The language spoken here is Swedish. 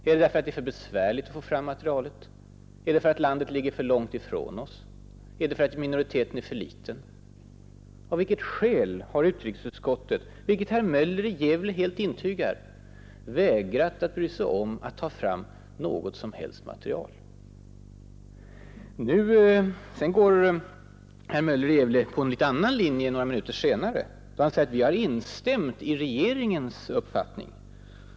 Är det för att det är besvärligt att få fram materialet? Är det för att landet ligger för långt ifrån oss? Är det för att minoriteten är för liten? Av vilket skäl har utrikesutskottet — vilket herr Möller i Gävle helt intygar — vägrat att bry sig om att ta fram något som helst material? Några minuter senare följde herr Möller i Gävle en helt annan linje. Han sade då att utskottet instämt i regeringens uppfattning.